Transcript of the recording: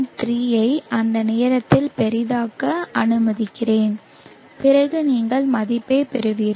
3 ஐ அந்த நேரத்தில் பெரிதாக்க அனுமதிக்கிறேன் பிறகு நீங்கள் மதிப்பைப் பெறுவீர்கள்